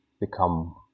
become